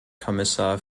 kommissar